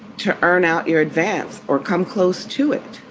to earn out your advance or come close to it.